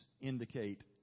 indicate